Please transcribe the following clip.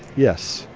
yes.